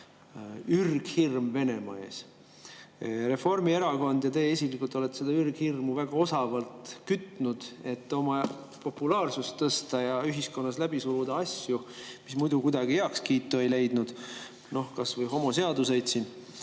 ürghirm Venemaa ees. Reformierakond ja teie isiklikult olete seda ürghirmu väga osavalt kütnud, et oma populaarsust tõsta ja ühiskonnas läbi suruda asju, mis muidu heakskiitu ei oleks leidnud. Kas või homoseadused siin.